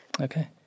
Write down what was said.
Okay